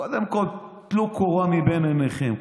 קודם כול, טלו קורה מבין עיניכם.